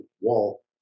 wall